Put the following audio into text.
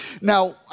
now